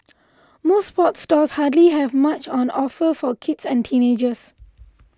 most sports stores hardly have much on offer for kids and teenagers